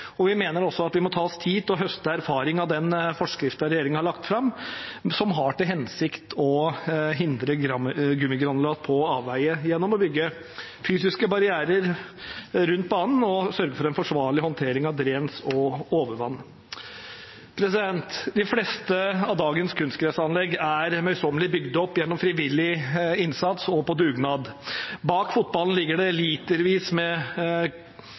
og vi mener også vi må ta oss tid til å høste erfaringer av den forskriften regjeringen har lagt fram, som har til hensikt å hindre gummigranulat på avveie gjennom å bygge fysiske barrierer rundt banen og sørge for en forsvarlig håndtering av dren og overvann. De fleste av dagens kunstgressanlegg er møysommelig bygd opp gjennom frivillig innsats og på dugnad. Bak fotballen ligger det litervis med